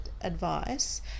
advice